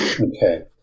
Okay